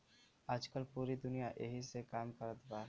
आजकल पूरी दुनिया ऐही से काम कारत बा